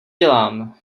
dělám